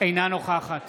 אינה נוכחת